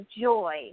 joy